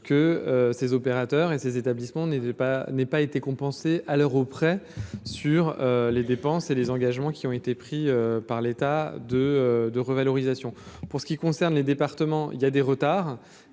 que ces opérateurs et, ces établissements n'étaient pas, n'ait pas été compensé à l'Euro près sur les dépenses et les engagements qui ont été pris par l'état de de revalorisation pour ce qui concerne les départements, il y a des retards